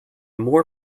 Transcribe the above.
more